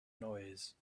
noise